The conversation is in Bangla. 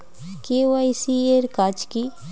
কে.ওয়াই.সি এর কাজ কি?